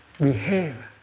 behave